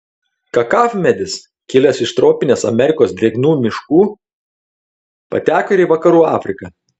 kakavmedis kilęs iš tropinės amerikos drėgnų miškų pateko ir į vakarų afriką